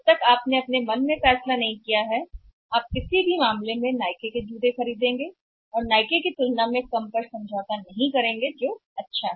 जब तक कि अगर आपके मन में यह तय नहीं है कि आप नाइके के जूते खरीदने जा रहे हैं किसी भी मामले में आप नाइके की तुलना में कम समझौता नहीं करने जा रहे हैं जो अच्छा है